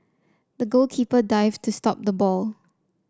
the goalkeeper dived to stop the ball